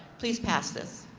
please pass this.